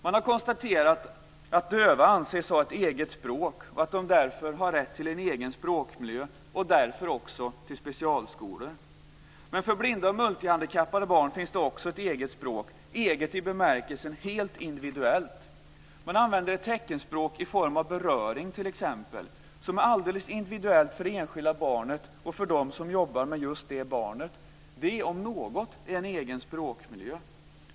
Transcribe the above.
Man har konstaterat att döva anses ha ett eget språk och att de därför har rätt till en egen språkmiljö och till specialskolor. Men för blinda och multihandikappade barn finns det också ett eget språk - eget i bemärkelsen helt individuellt. Man använder ett teckenspråk i form av beröring, t.ex., som är alldeles individuellt för det enskilda barnet och för dem som jobbar med just det barnet. Det, om något, är en egen språkmiljö.